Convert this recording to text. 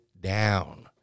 down